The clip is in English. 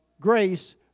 grace